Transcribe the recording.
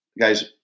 guys